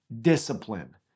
Discipline